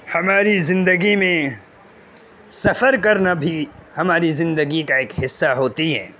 ہماری زندگی میں سفر کرنا بھی ہماری زندگی کا ایک حصہ ہوتی ہے